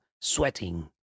sweating